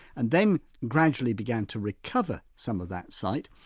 and then gradually began to recover some of that sight,